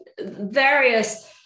various